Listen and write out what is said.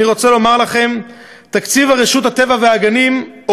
אני רוצה לומר לכם: תקציב רשות הטבע והגנים או